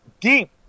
deep